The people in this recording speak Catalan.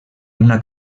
una